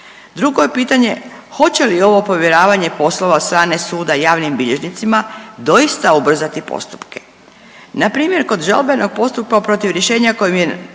Drugo je pitanje hoće li ovo povjeravanje poslova od strane suda javnim bilježnicima doista ubrzati postupke. Na primjer kod žalbenog postupka protiv rješenja kojim je